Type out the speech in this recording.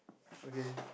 okay